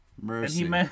Mercy